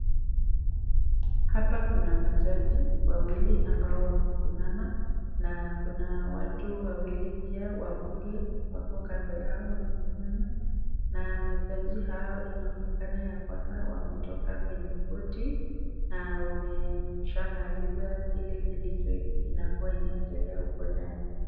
Hapa kuna majaji wawili ambao wamesimama na kuna watu wawili wambunge wako kando yao wamesimama na majaji hao inaoekana ya kwamba wametoka kwenye koti na wamemaliza kilichokuwa kinaendelea huko ndani.